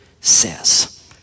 says